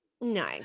No